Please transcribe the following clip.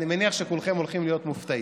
ואני מניח שכולכם הולכים להיות מופתעים.